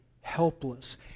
helpless